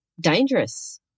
dangerous